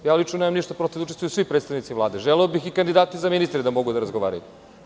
Nemam lično protiv da učestvuju svi predstavnici Vlade, želeo bih i kandidati za ministre da mogu da razgovaraju.